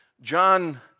John